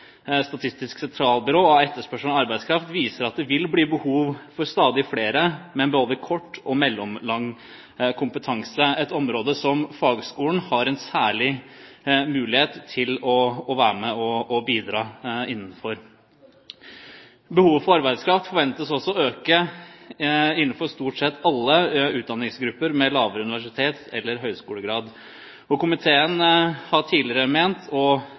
Statistisk sentralbyrå av etterspørselen etter arbeidskraft viser at det vil bli behov for stadig flere med både kort og mellomlang kompetanse, et område der fagskolen har en særlig mulighet til å være med og bidra. Behovet for arbeidskraft forventes også å øke innenfor stort sett alle utdanningsgrupper med lavere universitets- eller høyskolegrad. Komiteen har tidligere ment,